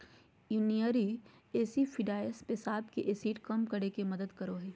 urinary acidifiers पेशाब के acid कम करे मे मदद करो हय